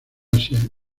asia